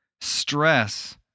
stress